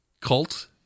cult